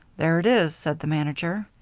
there it is, said the manager.